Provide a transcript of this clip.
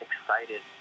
excited